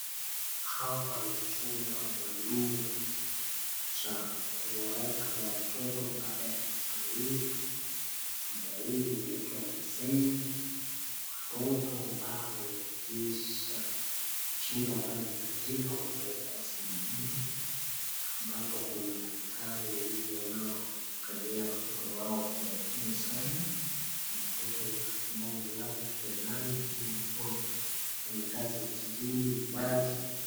Hapa ni chumba maalum ya kuweka watoto wanapozaliwa . Chumba hili laitwa naseri , watoto ambao hawajafikisha kilo ambayo inahitajika wanawekwa sehemu hili ambapo kuna daktari wanaoangalia watoto hao kwa makini sana. Watoto ambao wamelazwa kitandani wakiwa wakiwa wamepewa gasi ya oxigeni na maji.